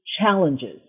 challenges